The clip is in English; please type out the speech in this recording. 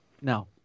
No